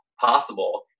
possible